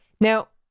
now,